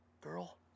girl